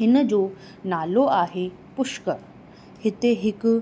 हिनजो नालो आहे पुष्कर हिते हिकु